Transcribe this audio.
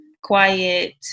quiet